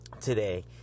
today